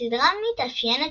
הסדרה מתאפיינת,